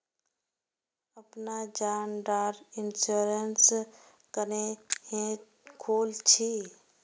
अपना जान डार इंश्योरेंस क्नेहे खोल छी?